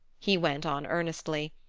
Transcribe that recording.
he went on earnestly,